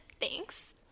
thanks